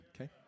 Okay